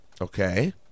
Okay